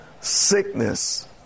sickness